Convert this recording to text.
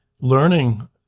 learning